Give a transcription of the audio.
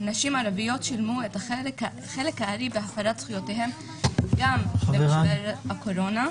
נשים ערביות שילמו את החלק הארי בהפרת זכויותיהן גם במשבר הקורונה,